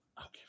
Okay